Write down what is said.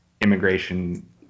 immigration